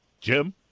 Jim